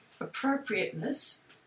appropriateness